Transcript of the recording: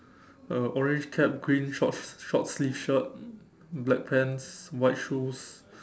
uh orange cap green shorts short sleeve shirt black pants white shoes